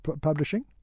Publishing